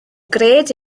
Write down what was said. gred